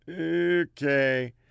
Okay